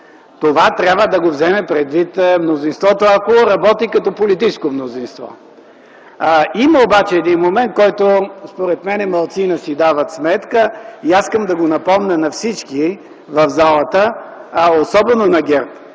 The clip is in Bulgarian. трябва да вземе предвид това, ако работи като политическо мнозинство. Има обаче един момент, за който малцина си дават сметка. Искам да го напомня на всички в залата, а особено на ГЕРБ.